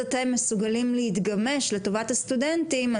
אתם מסוגלים להתגמש לטובת הסטודנטים.